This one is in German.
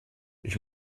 ich